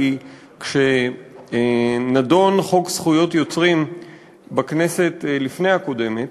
כי כשנדון חוק זכות יוצרים בכנסת לפני-הקודמת,